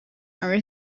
are